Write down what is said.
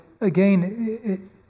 again